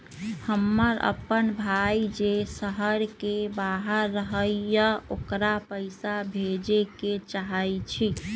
हमर अपन भाई जे शहर के बाहर रहई अ ओकरा पइसा भेजे के चाहई छी